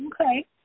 Okay